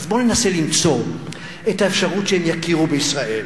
אז בוא וננסה למצוא את האפשרות שהם יכירו בישראל,